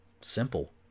simple